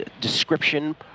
description